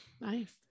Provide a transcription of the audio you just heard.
Nice